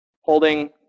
holding